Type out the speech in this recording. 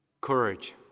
courage